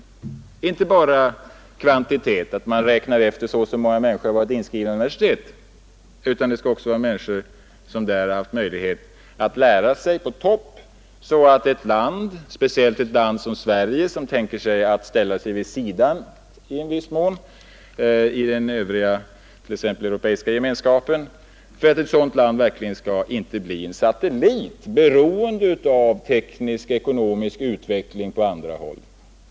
Det får inte bara vara fråga om kvantitet, dvs. att man räknar efter hur många människor som har varit inskrivna vid universitet, utan människorna skall också ha möjlighet att lära sig på topp, så att speciellt inte ett land som Sverige, som avser att ställa sig vid sidan av den övriga europeiska gemenskapen, blir en satellit beroende av teknisk och ekonomisk utveckling på andra håll.